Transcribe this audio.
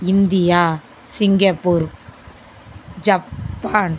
India Singapore Japan